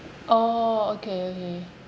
orh okay okay